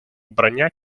вбрання